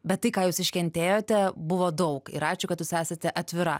bet tai ką jūs iškentėjote buvo daug ir ačiū kad esate atvira